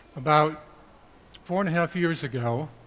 about four and a half years ago,